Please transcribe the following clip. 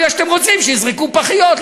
מפני שאתם רוצים שיזרקו פחיות,